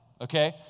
okay